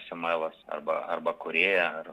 asmlas arba arba korėja ar